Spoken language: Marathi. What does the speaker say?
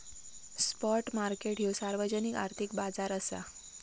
स्पॉट मार्केट ह्यो सार्वजनिक आर्थिक बाजार असा